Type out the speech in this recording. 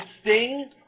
Sting